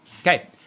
Okay